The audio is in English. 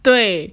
对